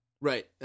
Right